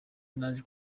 naje